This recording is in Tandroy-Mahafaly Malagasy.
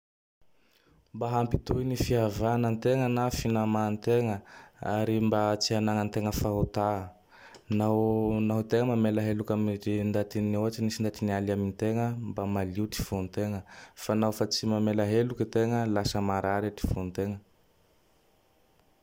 Mba hampitohy ny fihavagnategna na finamategna ary mba tsy anagnategna fahotà. Naho naho tegna mamela heloke ty ndaty, ohatsy, nety nialy amitegna; mba malio ty fotegna. Fa naho fa tsy mamela heloke tegna; lasa marare ty fotegna.